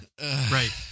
Right